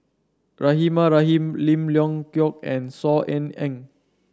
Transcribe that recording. Rahimah Rahim Lim Leong Geok and Saw Ean Ang